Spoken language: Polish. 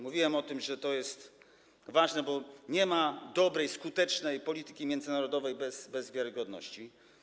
Mówiłem o tym, że to jest ważne, bo nie ma dobrej, skutecznej polityki międzynarodowej bez wiarygodności.